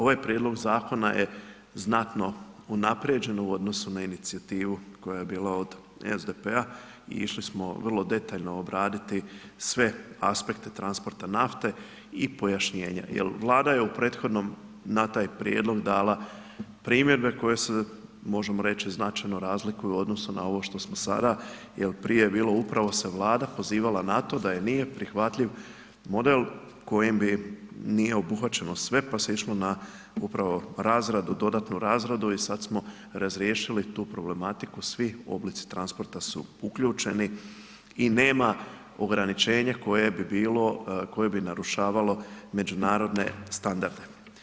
Ovaj prijedlog zakona je znatno unaprijeđen u odnosu na inicijativu koja je bila od SDP-a i išli smo vrlo detaljno obraditi sve aspekte transporta nafte i pojašnjenja jel Vlada je u prethodnom na taj prijedlog dala primjedbe koje se, možemo reć, značajno razlikuju u odnosu na ovo što smo sada, jel prije je bilo, upravo se Vlada pozivala na to da joj nije prihvatljiv model kojim bi, nije obuhvaćeno sve, pa se išlo na upravo na razradu, dodatnu razradu i sad smo razriješili tu problematiku, svi oblici transporta su uključeni i nema ograničenje koje bi bilo, koje bi narušavalo međunarodne standarde.